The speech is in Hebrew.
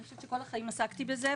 אני חושבת שכל החיים עסקתי בזה,